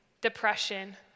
depression